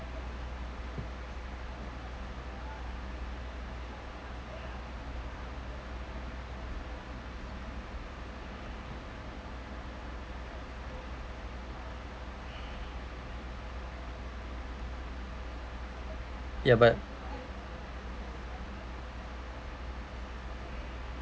ya but